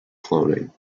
cloning